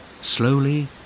slowly